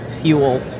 fuel